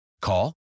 Call